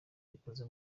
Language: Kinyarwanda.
bikoze